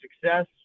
success